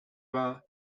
wahr